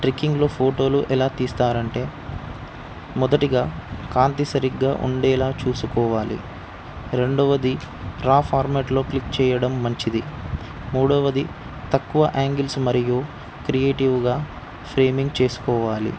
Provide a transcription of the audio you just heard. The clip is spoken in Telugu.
ట్రెక్కింగ్లో ఫోటోలు ఎలా తీస్తారు అంటే మొదటిగా కాంతి సరిగ్గా ఉండేలాగ చూసుకోవాలి రెండవది రా ఫార్మాట్లో క్లిక్ చేయడం మంచిది మూడవది తక్కువ యాంగిల్స్ మరియు క్రియేటివ్గా ఫ్రేమింగ్ చేసుకోవాలి